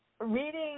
Reading